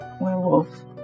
werewolf